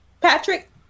Patrick